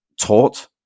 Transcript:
taught